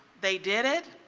they did it.